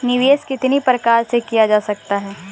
निवेश कितनी प्रकार से किया जा सकता है?